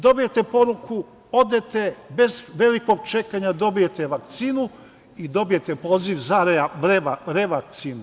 Dobijete poruku, odete, bez velikog čekanja dobijete vakcinu i dobijete poziv za revakcinu.